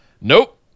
Nope